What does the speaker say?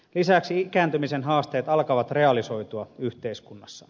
lisäksi ikääntymisen haasteet alkavat realisoitua yhteiskunnassa